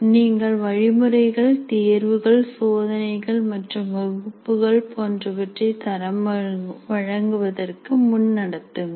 நீங்கள் வழிமுறைகள் தேர்வுகள் சோதனைகள் மற்றும் வகுப்புகள் போன்றவற்றை தரம் வழங்குவதற்கு முன் நடத்துங்கள்